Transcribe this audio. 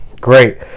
great